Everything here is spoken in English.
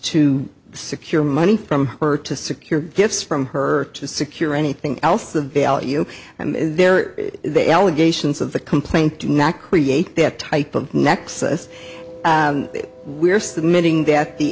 to secure money from her to secure gifts from her to secure anything else of value and there are the allegations of the complaint do not create that type of nexus we are submitting that the